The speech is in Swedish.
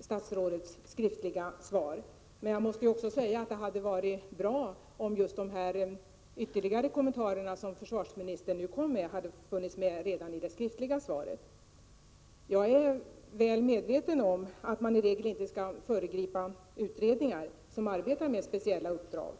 statsrådets skriftliga svar. Men jag måste säga att det hade varit bra om de ytterligare kommentarer som försvarsministern nu gjorde hade funnits med redan i det skriftliga svaret. Jag är väl medveten om att man i regel inte skall föregripa utredningar som arbetar med speciella uppdrag.